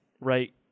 right